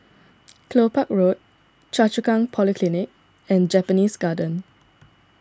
Kelopak Road Choa Chu Kang Polyclinic and Japanese Garden